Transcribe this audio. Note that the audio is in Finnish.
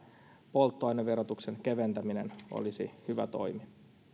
polttoaineverotuksen keventäminen olisi hyvä toimi